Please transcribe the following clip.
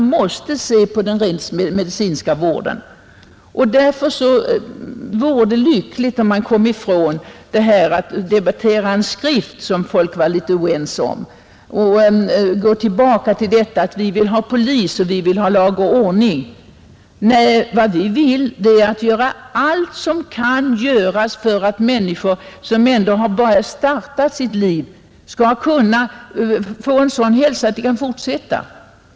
Vi måste satsa på den rent medicinska vården. Därför vore det lyckligt om vi kunde komma ifrån att debattera en skrift, som folk är litet oense om, och detta att man vill ha polis och lag och ordning. Nej, vad vi alla vill är att göra allt som kan göras för att unga människor som just har startat sitt liv skall kunna få en sådan hälsa att de kan fortsätta.